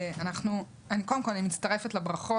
קודם כל, אני מצטרפת לברכות.